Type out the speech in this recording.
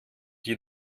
die